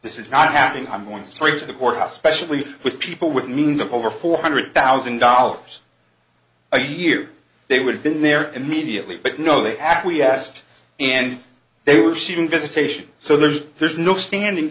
this is not happening i'm going straight to the courthouse specially with people with means of over four hundred thousand dollars a year they would've been there immediately but no they acquiesced and they were shooting visitation so there's there's no standing